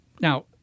Now